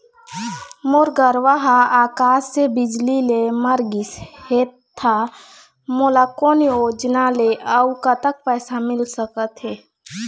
मोर गरवा हा आकसीय बिजली ले मर गिस हे था मोला कोन योजना ले अऊ कतक पैसा मिल सका थे?